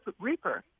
reaper